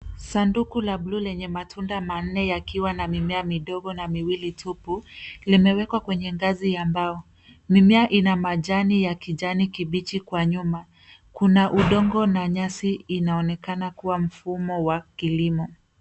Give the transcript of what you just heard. Sanduku la buluu lenye matunda manne yakiwa na mimea midogo na miwili tupu limewekwa kwenye ngazi ya mbao. Mimea ina majani ya kijani kibichi kwa nyuma. Kuna udongo na nyasi. Inaonekana kuwa mfumo wa kilimo.